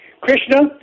Krishna